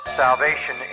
salvation